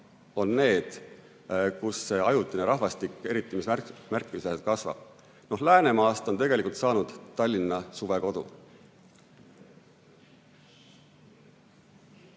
on need, kus ajutine rahvastik eriti märkimisväärselt kasvab. Läänemaast on tegelikult saanud Tallinna suvekodu.